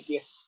Yes